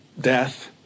death